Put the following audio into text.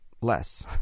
less